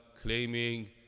claiming